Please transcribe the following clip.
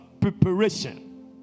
preparation